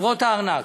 חברות הארנק: